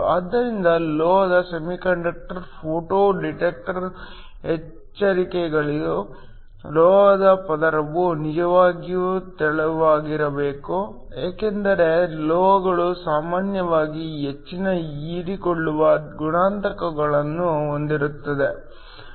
ಆದ್ದರಿಂದ ಲೋಹದ semiconductor photo detector ಎಚ್ಚರಿಕೆಗಳು ಲೋಹದ ಪದರವು ನಿಜವಾಗಿಯೂ ತೆಳುವಾಗಿರಬೇಕು ಏಕೆಂದರೆ ಲೋಹಗಳು ಸಾಮಾನ್ಯವಾಗಿ ಹೆಚ್ಚಿನ ಹೀರಿಕೊಳ್ಳುವ ಗುಣಾಂಕಗಳನ್ನು ಹೊಂದಿರುತ್ತವೆ